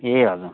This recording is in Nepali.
ए हजुर